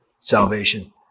salvation